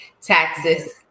taxes